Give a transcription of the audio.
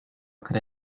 could